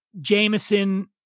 Jameson